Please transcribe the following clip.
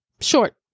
short